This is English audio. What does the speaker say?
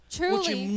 truly